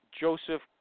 Joseph